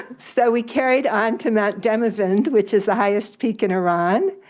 so we carried on to mount damavand, which is the highest peak in iran,